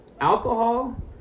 alcohol